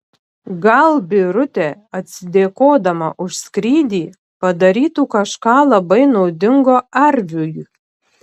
gal birutė atsidėkodama už skrydį padarytų kažką labai naudingo arviui